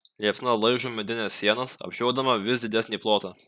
liepsna laižo medines sienas apžiodama vis didesnį plotą